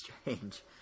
strange